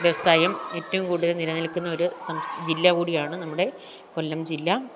വ്യവസായം ഏറ്റവും കൂടുതൽ നിലനിൽക്കുന്ന ഒരു സംസ്ഥാനം ജില്ല കൂടിയാണ് നമ്മുടെ കൊല്ലം ജില്ല